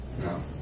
No